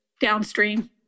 downstream